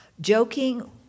Joking